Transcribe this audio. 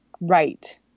right